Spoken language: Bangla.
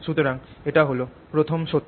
সুতরাং এটা হল প্রথম সত্য